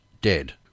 dead